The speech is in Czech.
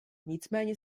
nicméně